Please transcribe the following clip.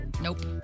Nope